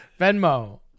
Venmo